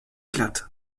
glatt